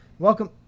Welcome